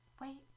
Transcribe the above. Wait